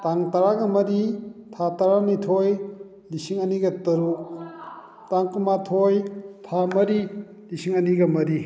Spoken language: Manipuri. ꯇꯥꯡ ꯇꯔꯥꯒ ꯃꯔꯤ ꯊꯥ ꯇꯔꯥꯅꯤꯊꯣꯏ ꯂꯤꯁꯤꯡ ꯑꯅꯤꯒ ꯇꯔꯨꯛ ꯇꯥꯡ ꯀꯨꯟꯃꯥꯊꯣꯏ ꯊꯥ ꯃꯔꯤ ꯂꯤꯁꯤꯡ ꯑꯅꯤꯒ ꯃꯔꯤ